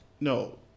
No